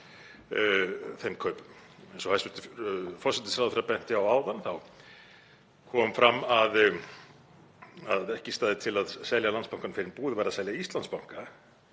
kom fram að ekki stæði til að selja Landsbankann fyrr en búið væri að selja Íslandsbanka.